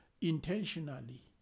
intentionally